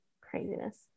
Craziness